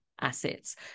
assets